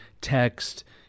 text